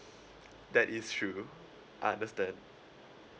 that is true I understand